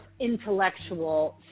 intellectual